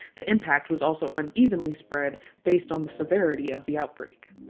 the impact was also unevenly spread based on the severity of the outbreak.